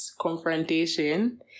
confrontation